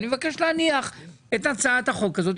ואני מבקש להניח את הצעת החוק הזאת.